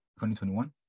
2021